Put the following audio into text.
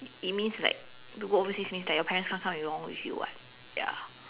it means like to work overseas means like your parents can't come along with you [what] ya